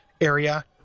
area